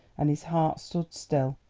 and his heart stood still.